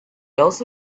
also